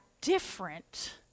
different